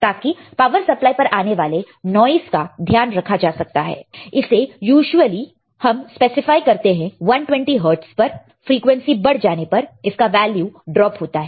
ताकि power supply पर आने वाले नॉइस का ध्यान रखा जा सकता है इसे यूजुअली हम स्पेसिफाय करते हैं 120 हर्ट्ज़ पर फ्रीक्वेंसी बढ़ जाने पर इसका वैल्यू ड्रॉप होता है